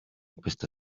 questa